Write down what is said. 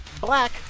black